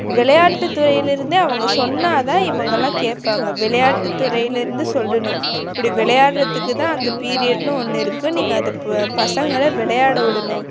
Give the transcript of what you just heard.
விளையாட்டுத்துறையில் இருந்தே அவங்க சொன்னால்தான் இவங்களாம் கேட்பாங்க விளையாட்டுத்துறையில் இருந்து சொல்லணும் இப்படி விளையாடுறதுக்குதான் அந்த பீரியட்னு ஒன்று இருக்குது நீங்கள் அதை ப பசங்களை விளையாட விடணும்